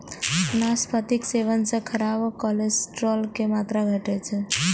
नाशपातीक सेवन सं खराब कोलेस्ट्रॉल के मात्रा घटै छै